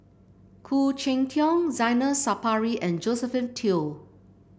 Khoo Cheng Tiong Zainal Sapari and Josephine Teo